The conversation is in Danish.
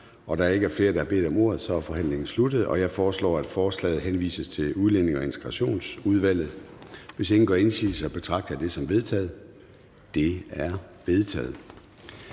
Da der ikke er flere, som har bedt om ordet, er forhandlingen sluttet. Jeg foreslår, at forslaget til folketingsbeslutning henvises til Udlændinge- og Integrationsudvalget. Hvis ingen gør indsigelse, betragter jeg det som vedtaget. Det er vedtaget.